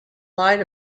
lied